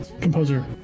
composer